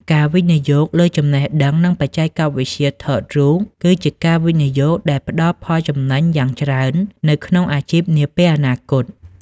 ការវិនិយោគលើចំណេះដឹង និងបច្ចេកវិទ្យាថតរូប គឺជាការវិនិយោគដែលនឹងផ្តល់ផលចំណេញយ៉ាងច្រើននៅក្នុងអាជីពនាពេលអនាគត។